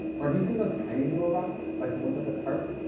or have you seen those tiny little rocks? like the ones at the park,